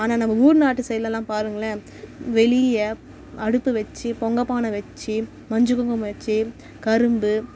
ஆனால் நம்ம ஊர் நாட்டு சைடுலலாம் பாருங்களேன் வெளியே அடுப்பு வச்சு பொங்கப்பான வச்சு மஞ்சள் குங்குமம் வச்சு கரும்பு